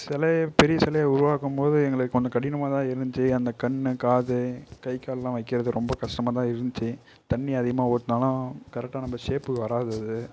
சிலை பெரிய சிலையை உருவாக்கும்போது எங்களுக்கு கொஞ்சம் கடினமாகதான் இருந்துச்சு அந்த கண் காது கை காலெலாம் வைக்கிறது ரொம்ப கஷ்டமாகதான் இருந்துச்சு தண்ணீர் அதிகமாக ஊற்றினாலும் கரெக்டாக நம்ம ஷேப்புக்கு வராது அது